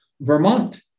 vermont